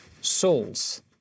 souls